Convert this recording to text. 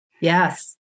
Yes